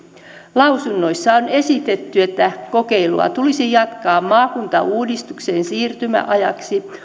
lausunnoissa on esitetty että kokeilua tulisi jatkaa maakuntauudistuksen siirtymäajaksi